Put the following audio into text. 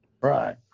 Right